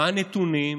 מה הנתונים?